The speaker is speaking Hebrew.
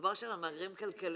מדובר שם על מהגרים כלכליים.